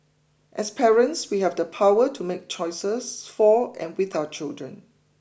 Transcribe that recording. as parents we have the power to make choices for and with our children